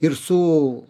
ir su